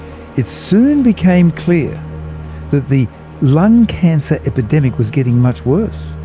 it soon became clear that the lung cancer epidemic was getting much worse,